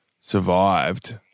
survived